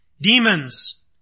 Demons